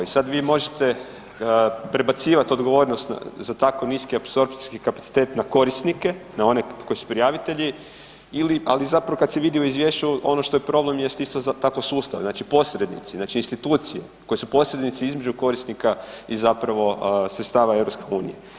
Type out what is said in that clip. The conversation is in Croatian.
I sad vi možete prebacivati odgovornost za tako niski apsorpcijski kapacitet na korisnike, na one koji su prijavitelji ili, ali zapravo kad se vidi u izvješću ono što je problem jest isto tako sustav, znači posrednici, znači institucije koje su posrednici između korisnika i zapravo sredstava EU.